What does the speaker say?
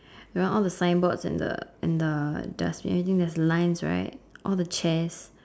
around all the signboard and the and the the see anything that's lines right all the chairs